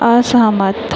असहमत